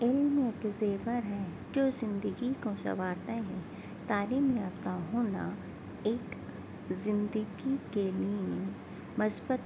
علم ایک زیور ہے جو زندگی کو سنوارتا ہے تعلیم یافتہ ہونا ایک زندگی کے لیے مثبت